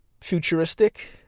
futuristic